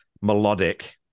melodic